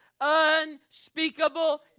unspeakable